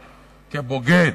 כבוגד.